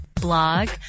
blog